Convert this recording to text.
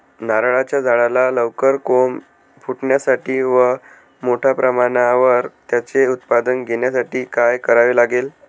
नारळाच्या झाडाला लवकर कोंब फुटण्यासाठी व मोठ्या प्रमाणावर त्याचे उत्पादन घेण्यासाठी काय करावे लागेल?